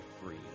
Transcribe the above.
free